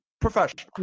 professional